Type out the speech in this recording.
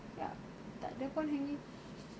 ya takde pun hanging